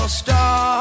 star